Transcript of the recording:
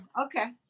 okay